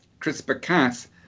CRISPR-Cas